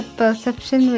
perception